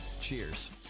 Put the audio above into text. Cheers